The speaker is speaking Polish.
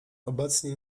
obecnie